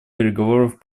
переговоров